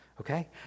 Okay